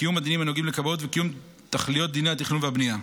קיום הדינים הנוגעים לכבאות וקיום תכליות דיני התכנון והבנייה.